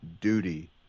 duty